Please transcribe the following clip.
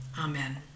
Amen